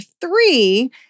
three